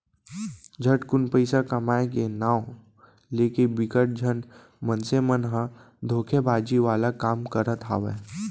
झटकुन पइसा कमाए के नांव लेके बिकट झन मनसे मन ह धोखेबाजी वाला काम करत हावय